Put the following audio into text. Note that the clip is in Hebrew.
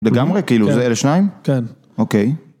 לגמרי? כאילו זה אלה שניים? כן. אוקיי.